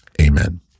Amen